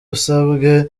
asabwe